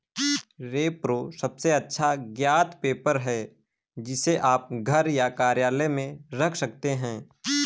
repro सबसे अच्छा ज्ञात पेपर है, जिसे आप घर या कार्यालय में रख सकते हैं